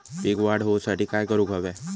पीक वाढ होऊसाठी काय करूक हव्या?